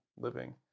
living